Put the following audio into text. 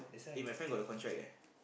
eh my friend got the contract eh